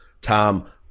Tom